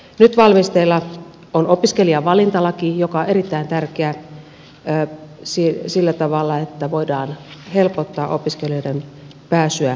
nyt valmisteilla on opiskelijavalintalaki joka on erittäin tärkeä sillä tavalla että voidaan helpottaa opiskelijoiden pääsyä opintoihin